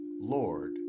Lord